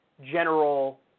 general